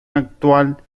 actual